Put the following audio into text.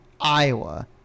Iowa